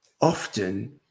often